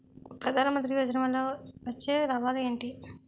ప్రధాన మంత్రి యోజన వల్ల వచ్చే లాభాలు ఎంటి?